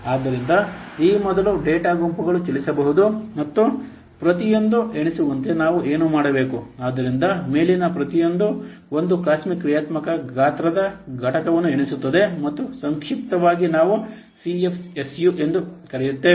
ಆದ್ದರಿಂದ ಈ ಮೊದಲು ಡೇಟಾ ಗುಂಪುಗಳು ಚಲಿಸಬಹುದು ಮತ್ತು ಪ್ರತಿಯೊಂದೂ ಎಣಿಸುವಂತೆ ನಾವು ಏನು ಮಾಡಬೇಕು ಆದ್ದರಿಂದ ಮೇಲಿನ ಪ್ರತಿಯೊಂದೂ ಒಂದು COSMIC ಕ್ರಿಯಾತ್ಮಕ ಗಾತ್ರದ ಘಟಕವನ್ನು ಎಣಿಸುತ್ತದೆ ಮತ್ತು ಸಂಕ್ಷಿಪ್ತವಾಗಿ ನಾವು Cfsu ಎಂದು ಕರೆಯುತ್ತೇವೆ